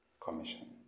Commission